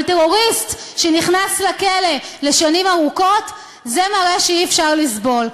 אבל טרוריסט שנכנס לכלא לשנים ארוכות זה מראה שאי-אפשר לסבול.